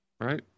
right